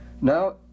Now